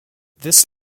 this